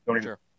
sure